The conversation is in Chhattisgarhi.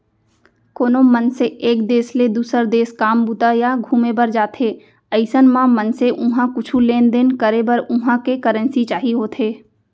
कोनो मनसे एक देस ले दुसर देस काम बूता या घुमे बर जाथे अइसन म मनसे उहाँ कुछु लेन देन करे बर उहां के करेंसी चाही होथे